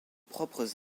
propres